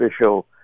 official